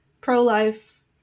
pro-life